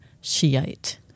Shiite